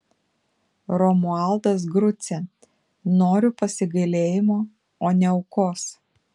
romualdas grucė noriu pasigailėjimo o ne aukos